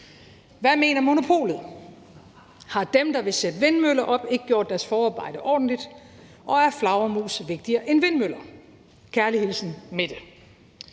Hvad mener Monopolet? Har dem, der vil sætte vindmøller op, ikke gjort deres forarbejde ordentligt, og er flagermus vigtigere end vindmøller? Kærlig hilsen Mette.